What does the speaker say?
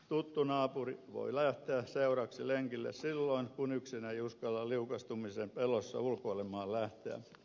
tuttu naapuri voi lähteä seuraksi lenkille silloin kun yksin ei uskalla liukastumisen pelossa ulkoilemaan lähteä